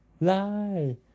lie